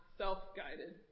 self-guided